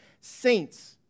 saints